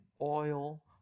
oil